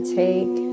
take